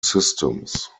systems